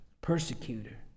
persecutor